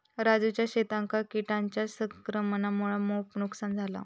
राजूच्या शेतांका किटांच्या संक्रमणामुळा मोप नुकसान झाला